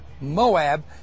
Moab